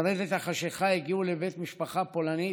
עם רדת החשכה הגיעו לבית משפחה פולנית,